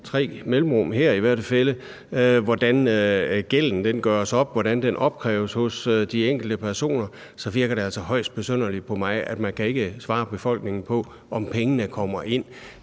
tre mellemrum – hvordan gælden gøres op, hvordan den opkræves hos de enkelte personer, så virker det altså højst besynderligt på mig, at man ikke kan svare befolkningen på, om pengene kommer ind.